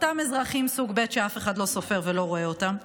אותם אזרחים סוג ב' שאף אחד לא סופר ולא רואה אותם.